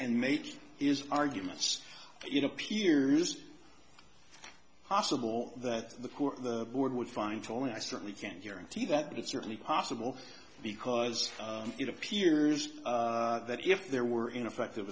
and mate is arguments you know piers possible that the poor board would find tolly i certainly can't guarantee that it's certainly possible because it appears that if there were ineffective